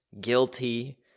guilty